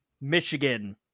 Michigan